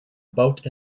boat